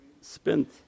spent